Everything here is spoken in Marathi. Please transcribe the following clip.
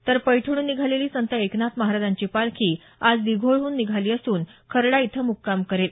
तर पैठणहून निघालेली संत एकनाथ महाराजांची पालखी आज दिघोळहून निघाली असून खर्डा इथं मुक्काम करेल